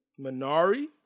Minari